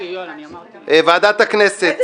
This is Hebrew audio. ועדת הכנסת